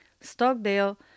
Stockdale